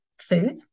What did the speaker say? food